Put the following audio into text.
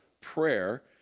prayer